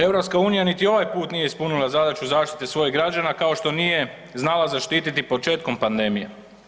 EU niti ovaj put nije ispunila zadaću zaštite svojih građana kao što nije znala zaštititi početkom pandemije.